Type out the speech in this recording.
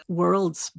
worlds